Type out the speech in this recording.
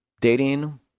dating